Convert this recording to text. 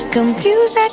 Confused